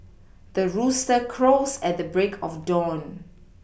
the rooster crows at the break of dawn